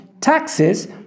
taxes